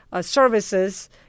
services